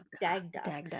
Dagda